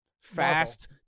Fast